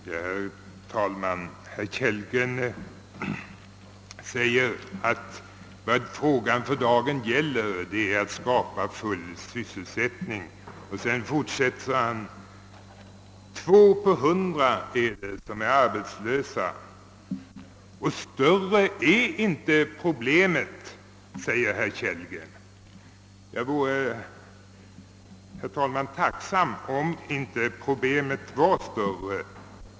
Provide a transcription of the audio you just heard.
Herr talman! Herr Kellgren säger att frågan för dagen gäller att skapa full sysselsättning. Två på hundra är arbetslösa — »större är inte problemet», säger herr Kellgren. Jag vore tacksam, herr talman, om problemet inte vore större.